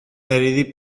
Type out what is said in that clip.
iddi